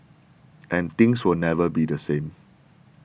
and things will never be the same